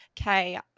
okay